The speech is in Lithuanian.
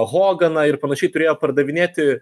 hoganą ir panašiai turėjo pardavinėti